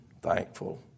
Thankful